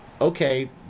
okay